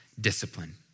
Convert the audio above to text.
discipline